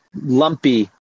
lumpy